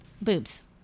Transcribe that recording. boobs